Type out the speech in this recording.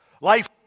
Life